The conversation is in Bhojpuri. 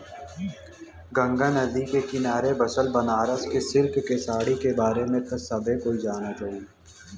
गंगा नदी के किनारे बसल बनारस क सिल्क क साड़ी के बारे में त सब कोई जानत होई